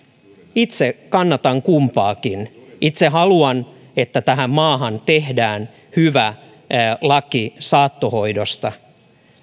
itse kannatan kumpaakin itse haluan että tähän maahan tehdään hyvä laki saattohoidosta